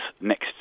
next